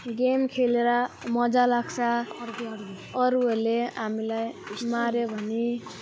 game खेलेर मजा लाग्छ अरूहरूले हामीलाई माऱ्यो भने